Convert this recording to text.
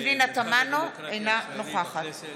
אינה נוכחת